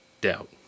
doubt